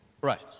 Right